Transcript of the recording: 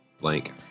Blank